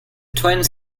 twins